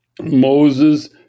Moses